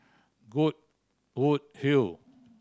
Goodwood Hill